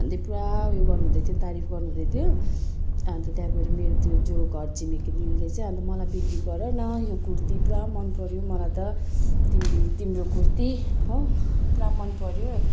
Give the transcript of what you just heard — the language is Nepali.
भन्दै पुरा उयो गर्नु हुँदै थियो तारिफ गर्नु हुँदै थियो अन्त त्यहाँ मेरो त्यो जो घर छिमेकी दिदीले चाहिँ अन्त मलाई बिक्री गर न यो कुर्ती पुरा मन पऱ्यो मलाई त तिमी तिम्रो कुर्ती हो पुरा मन पऱ्यो